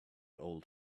old